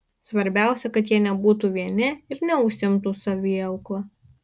svarbiausia kad jie nebūtų vieni ir neužsiimtų saviaukla